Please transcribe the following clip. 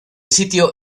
sitio